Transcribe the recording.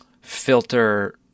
filter